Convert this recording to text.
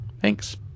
Thanks